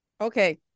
Okay